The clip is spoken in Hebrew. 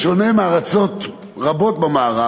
בשונה מארצות רבות במערב,